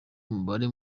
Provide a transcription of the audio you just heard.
umubare